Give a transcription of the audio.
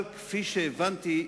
אבל כפי שהבנתי,